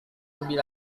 lebih